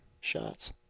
shots